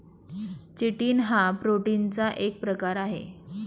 chitin हा प्रोटीनचा एक प्रकार आहे